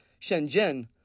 Shenzhen